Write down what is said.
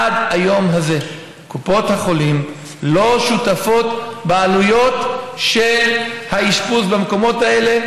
עד היום הזה קופות החולים לא שותפות בעלויות האשפוז במקומות האלה,